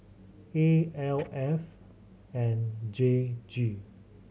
A L F and J G